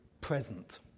present